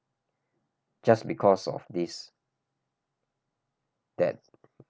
just because of this that